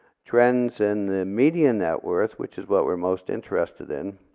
trends in the media net worth, which is what we're most interested in,